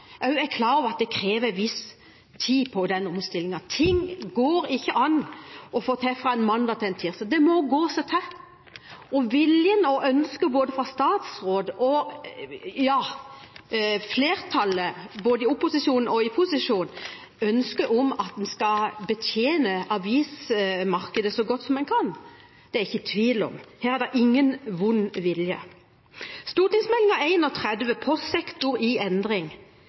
er klar over at omstillingen krever en viss tid. Det går ikke an å få til noe fra en mandag til en tirsdag, det må gå seg til. Viljen og ønsket fra både statsråden og flertallet, både i opposisjon og i posisjon, er at en skal betjene avismarkedet så godt en kan – det er det ikke tvil om, her er det ingen vond vilje. Meld. St. 31 for 2015–2016 heter Postsektoren i endring,